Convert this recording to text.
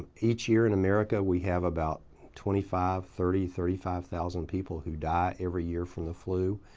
each year in america we have about twenty five, thirty, thirty five thousand people who die every year from the flu.